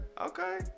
okay